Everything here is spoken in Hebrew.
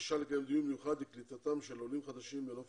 לקיים דיון מיוחד לקליטתם של עולים חדשים בנוף